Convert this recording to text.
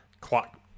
clock